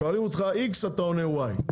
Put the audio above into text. שואלים אותך X אתה עונה Y,